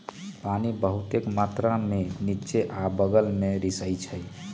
पानी बहुतेक मात्रा में निच्चे आ बगल में रिसअई छई